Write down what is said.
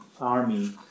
army